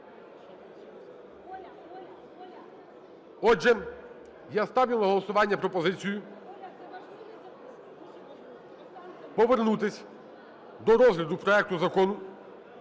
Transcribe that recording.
Отже, я ставлю на голосування пропозицію повернутись до розгляду проекту Закону